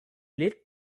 lit